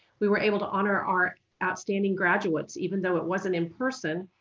we were able to honor our outstanding graduates even though it wasn't in person.